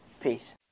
Peace